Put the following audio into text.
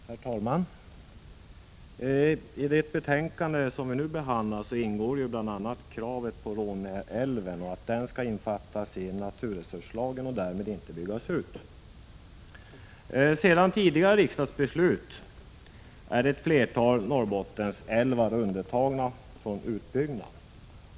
Herr talman! I det betänkande vi nu behandlar ingår bl.a. kravet på att Råneälven skall innefattas i naturresurslagen och inte byggas ut. Sedan tidigare riksdagsbeslut är ett flertal Norrbottensälvar undantagna från utbyggnad.